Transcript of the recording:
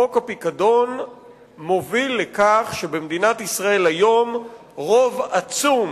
חוק הפיקדון מוביל לכך שבמדינת ישראל רוב עצום